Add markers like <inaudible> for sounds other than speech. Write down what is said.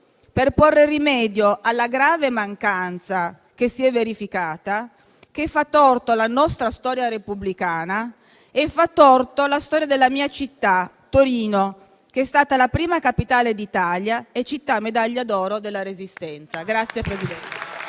per porre rimedio alla grave mancanza che si è verificata, che fa torto alla nostra storia repubblicana e alla storia della mia città, Torino, che è stata la prima Capitale d'Italia e città medaglia d'oro della Resistenza. <applause>